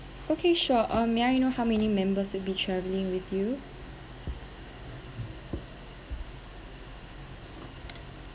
okay sure um may I know how many members will be travelling with you